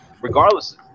regardless